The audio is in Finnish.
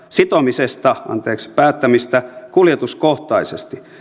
sitomisesta päättämistä kuljetuskohtaisesti